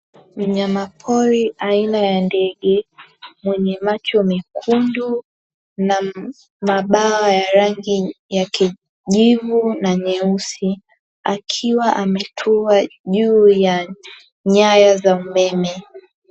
Mnyama pori aina ya ndege, mwenye macho mekundu na mabawa ya rangi ya kijivu na nyeusi akiwa ametua juu ya nyaya za umeme.